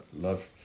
love